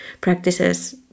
practices